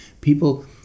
People